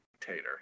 dictator